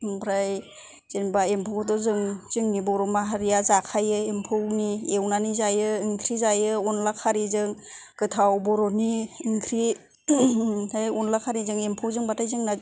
ओमफ्राय जेनेबा एमफौखौथ' जों जोंनि बर' माहारिया जाखायो एम्फौनि एवनानै जायो ओंख्रि जायो अनला खारिजों गोथाव बर'नि ओंख्रि ओमफ्राय अनला खारिजों एम्फौजों ब्लाथाय जोंना